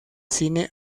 cine